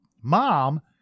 mom